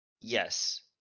Yes